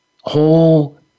whole